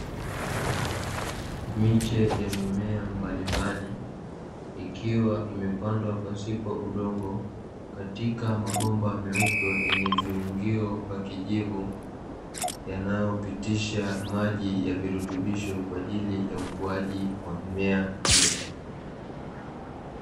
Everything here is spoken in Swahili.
Miche ya mimea mbalimbali ikiwa imepandwa pasipo udongo katika mabomba meupe yenye viungio vya kijivu, yanayopitisha maji ya virutubisho kwa ajili ya ukuaji wa mimea hiyo.